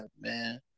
man